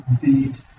beat